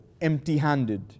empty-handed